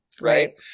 right